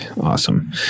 Awesome